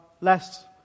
less